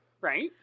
right